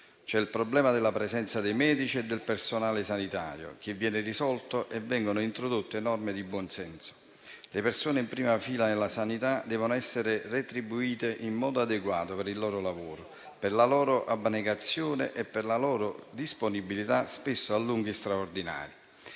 è il problema relativo alla presenza dei medici e del personale sanitario, che viene risolto introducendo norme di buon senso. Le persone in prima fila nella sanità devono essere retribuite in modo adeguato per il loro lavoro, per la loro abnegazione e per la loro disponibilità a lunghi straordinari.